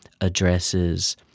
addresses